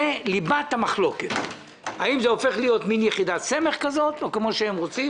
אנחנו רוצים